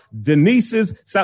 Denise's